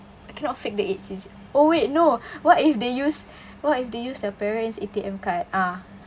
I cannot fake the age is it oh wait no what if they use what if they use their parents' A_T_M card ah